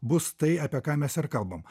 bus tai apie ką mes ir kalbam